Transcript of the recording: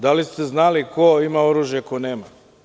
Da li ste znali ko ima oružje a ko nema?